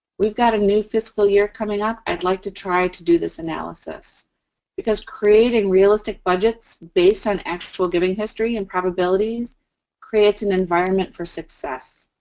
we've got a new fiscal year coming up. i'd like to try to do this analysis because creating realistic budgets based on actual giving history and probabilities creates an environment for success.